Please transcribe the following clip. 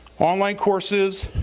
all my courses,